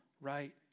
right